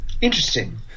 interesting